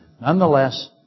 Nonetheless